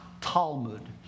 Talmud